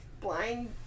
Blind